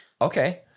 Okay